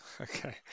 Okay